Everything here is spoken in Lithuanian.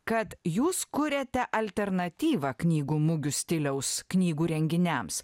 kad jūs kuriate alternatyvą knygų mugių stiliaus knygų renginiams